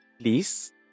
please